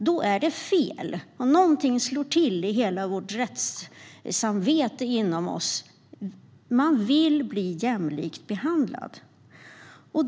Då är det fel, och någonting slår till inom oss i hela vårt rättssamvete. Man vill bli jämlikt behandlad.